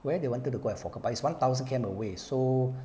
where they wanted to go I forgot but it's one thousand K_M away so